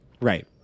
Right